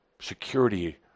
security